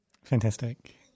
Fantastic